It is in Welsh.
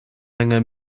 angen